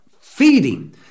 feeding